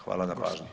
Hvala na pažnji.